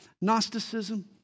Gnosticism